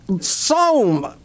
psalm